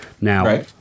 now